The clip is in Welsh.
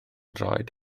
droed